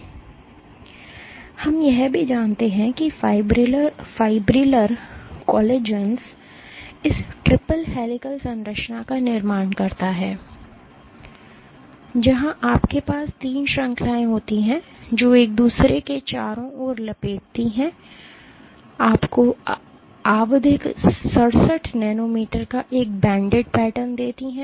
और हम यह भी जानते हैं कि फाइब्रिलर कोलाजेंस इस ट्रिपल हेलिकल संरचना का निर्माण करता है जहां आपके पास तीन श्रृंखलाएं होती हैं जो एक दूसरे के चारों ओर लपेटती हैं जो आपको आवधिक 67 नैनोमीटर का एक बैंडेड पैटर्न देती हैं